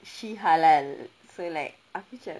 she halal so like aku macam